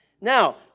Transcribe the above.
Now